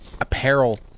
apparel